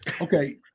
okay